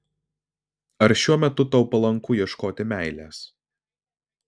ar šiuo metu tau palanku ieškoti meilės